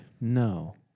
No